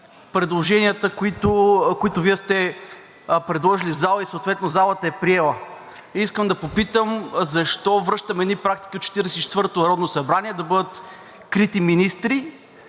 предложенията, които Вие сте предложили в зала и съответно залата е приела. Искам да попитам защо връщаме едни практики от Четиридесет и четвъртото народно събрание да бъдат крити министри?